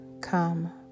come